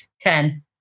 Ten